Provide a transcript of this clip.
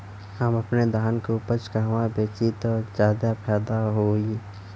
हम अपने धान के उपज कहवा बेंचि त ज्यादा फैदा होई?